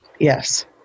Yes